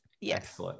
Yes